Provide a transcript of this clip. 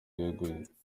yeguye